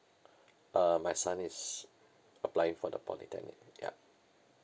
uh my son is applying for the polytechnic ya